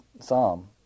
psalm